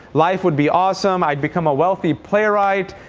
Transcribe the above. life would be awesome. i'd become a wealthy playwright.